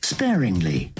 Sparingly